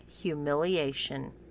humiliation